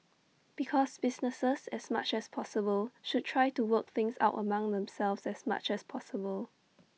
because businesses as much as possible should try to work things out among themselves as much as possible